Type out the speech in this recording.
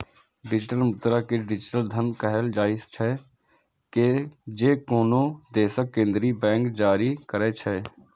digital मुद्रा कें digital धन कहल जाइ छै, जे कोनो देशक केंद्रीय बैंक जारी करै छै